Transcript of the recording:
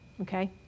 okay